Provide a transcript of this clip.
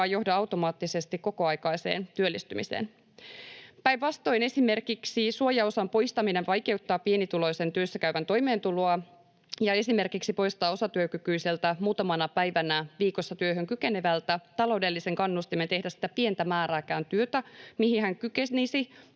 ainakaan johda automaattisesti kokoaikaiseen työllistymiseen. Päinvastoin esimerkiksi suojaosan poistaminen vaikeuttaa pienituloisen työssäkäyvän toimeentuloa ja esimerkiksi poistaa osatyökykyiseltä, muutamana päivänä viikossa työhön kykenevältä taloudellisen kannustimen tehdä sitäkään pientä määrää työtä, mihin hän kykenisi,